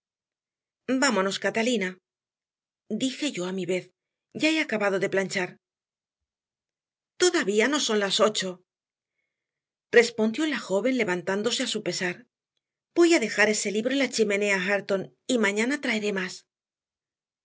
vámonos catalina dije yo a mi vez ya he acabado de planchar todavía no son las ocho respondió la joven levantándose a su pesar voy a dejar ese libro en la chimenea hareton y mañana traeré más